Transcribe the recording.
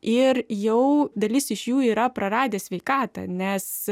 ir jau dalis iš jų yra praradę sveikatą nes